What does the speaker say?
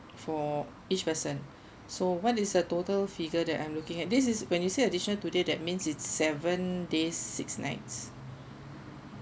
for each person so what is the total figure that I'm looking at this is when you say additional two day that means it's seven days six nights